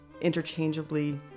interchangeably